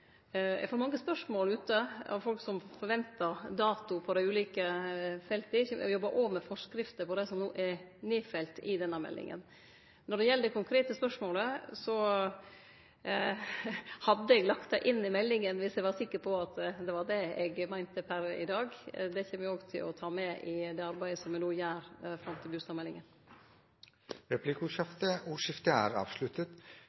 Eg får mange spørsmål frå folk som forventar dato for dei ulike felta. Eg jobbar òg med forskrifter for det som er nedfelt i denne meldinga. Når det gjeld det konkrete spørsmålet, hadde eg lagt det inn i meldinga dersom eg var sikker på at det var det eg meinte. Me kjem òg til å ta det med i det arbeidet som me no skal gjere fram til